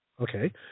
Okay